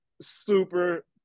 super